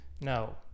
No